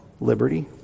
liberty